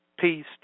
Peace